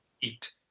eat